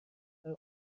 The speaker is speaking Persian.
اخر